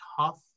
tough